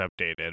updated